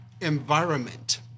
environment